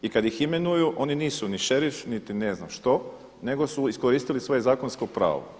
I kad ih imenuju oni nisu ni šerif niti ne znam što nego su iskoristili svoje zakonsko pravo.